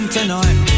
tonight